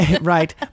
Right